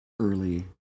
early